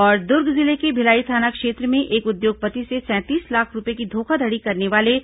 और दुर्ग जिले के भिलाई थाना क्षेत्र में एक उद्योगपति से सैंतीस लाख रूपये की धोखाधड़ी करने वाले